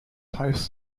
heißt